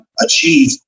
achieve